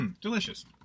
delicious